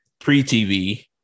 pre-TV